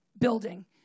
building